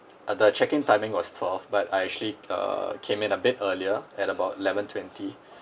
uh the check in timing was twelve but I actually uh came in a bit earlier at about eleven-twenty